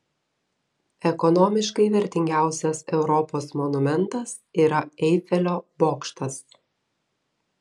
ekonomiškai vertingiausias europos monumentas yra eifelio bokštas